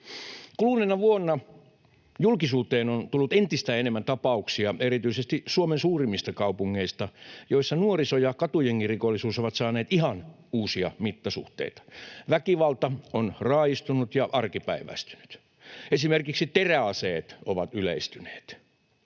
Kuluneena vuonna julkisuuteen on tullut entistä enemmän tapauksia erityisesti Suomen suurimmista kaupungeista, joissa nuoriso- ja katujengirikollisuus ovat saaneet ihan uusia mittasuhteita. Väkivalta on raaistunut ja arkipäiväistynyt. Esimerkiksi teräaseet ovat yleistyneet.